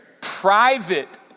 private